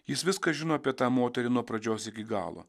jis viską žino apie tą moterį nuo pradžios iki galo